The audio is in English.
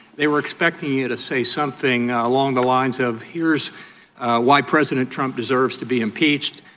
they were expecting you to say something along the lines of, here's why president trump deserves to be impeached,